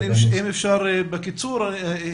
אם אפשר בקיצור.